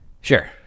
Sure